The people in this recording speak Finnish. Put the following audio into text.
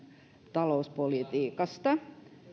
talouspolitiikasta